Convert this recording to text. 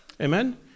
Amen